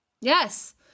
Yes